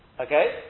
Okay